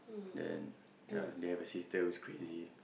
then ya they have a sister who's crazy